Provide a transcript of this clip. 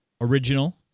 original